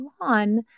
lawn